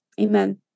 Amen